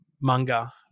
manga